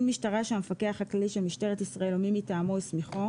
משטרה שהמפקח הכללי של משטרת ישראל או מי מטעמו הסמיכו